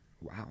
Wow